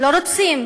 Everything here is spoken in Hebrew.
לא רוצים